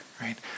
right